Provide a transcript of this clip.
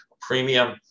premium